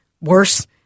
worse